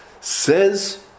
Says